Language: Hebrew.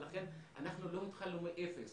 לכן אנחנו לא התחלנו מאפס,